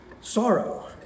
sorrow